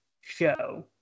show